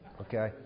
Okay